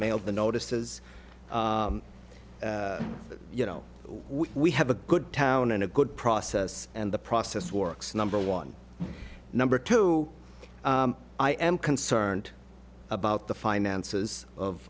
mailed the notices you know we have a good town and a good process and the process works number one number two i am concerned about the finances of